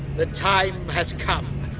the time has come.